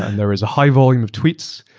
and there is a high volume of tweets.